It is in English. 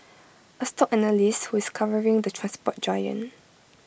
A stock analyst who is covering the transport giant